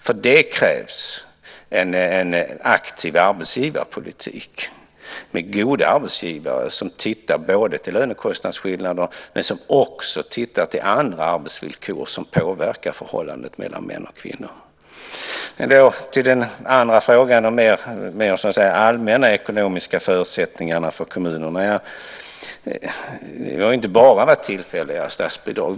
För det krävs en aktiv arbetsgivarpolitik med goda arbetsgivare som tittar både till lönekostnadsskillnader och till andra arbetsvillkor som påvekar förhållandet mellan män och kvinnor. Jag går nu över till den andra frågan om de mer allmänna ekonomiska förutsättningarna för kommunerna. Det har inte bara varit tillfälliga statsbidrag.